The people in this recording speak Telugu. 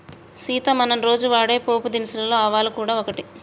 సీత మనం రోజు వాడే పోపు దినుసులలో ఆవాలు గూడ ఒకటి